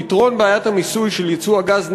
פתרון בעיית המיסוי של ייצוא הגז,